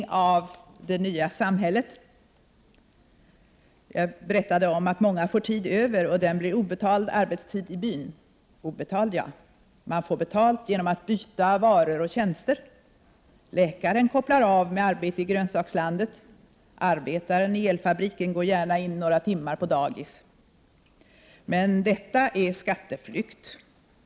Många får tid över, och den blir obetald arbetstid i byn. Obetald, ja, man får betalt genom att byta varor och tjänster. Läkaren kopplar av med arbete i grönsakslandet, arbetaren i elfabriken går gärna in några timmar på dagis. Men detta är skatteflykt!